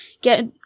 get